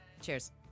Cheers